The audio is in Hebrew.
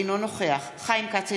אינו נוכח חיים כץ,